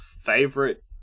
favorite